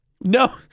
No